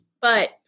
But-